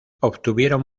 obtuvieron